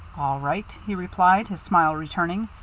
all right, he replied, his smile returning.